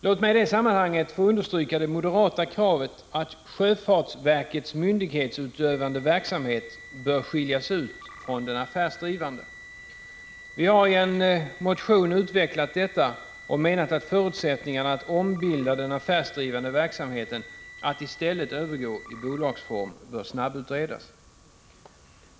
Låt mig också få understryka det moderata kravet att sjöfartsverkets myndighetsutövande verksamhet bör skiljas ut från den affärsdrivande. Vi har i en motion utvecklat detta och menat att förutsättningarna att ombilda den affärsdrivande verksamheten, dvs. att låta den övergå i bolagsform, bör snabbutredas.